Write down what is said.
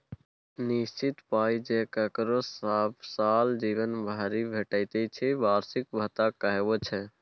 निश्चित पाइ जे ककरो सब साल जीबन भरि भेटय छै बार्षिक भत्ता कहाबै छै